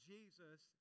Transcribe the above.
Jesus